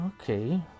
Okay